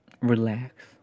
Relax